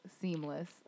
seamless